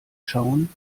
schauen